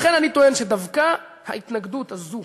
לכן אני טוען שדווקא ההתנגדות הזאת